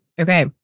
Okay